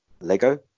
Lego